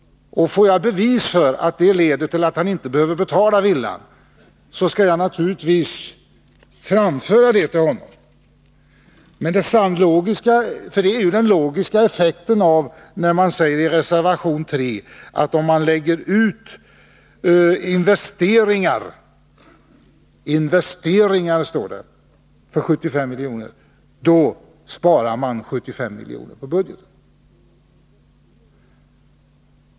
Får jag bevis för att det leder till att han inte behöver betala villan, skall jag naturligtvis framföra det till honom. Det är den logiska effekten av det som sägs i reservation 3 — om man lägger ut investeringar för 75 miljoner sparar man 75 miljoner på budgeten.